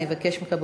אני אבקש ממך,